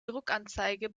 druckanzeige